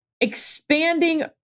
Expanding